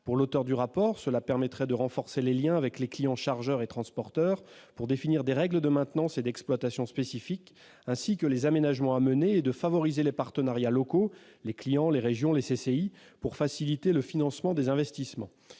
services. Selon lui, cela permettrait de renforcer les liens avec les clients chargeurs et transporteurs pour définir des règles de maintenance et d'exploitation spécifiques, ainsi que les aménagements à mener, et de favoriser les partenariats locaux- les clients, les régions ou les chambres de commerce et d'industrie -pour faciliter le financement des investissements.